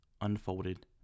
unfolded